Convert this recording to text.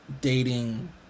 dating